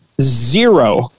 zero